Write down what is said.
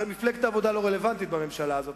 הרי מפלגת העבודה לא רלוונטית בממשלה הזאת,